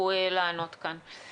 שיצטרכו לענות כאן.